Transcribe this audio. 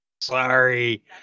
sorry